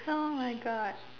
oh my God